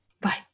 bye